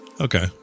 Okay